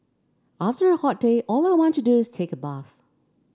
after a hot day all I want to do is take a bath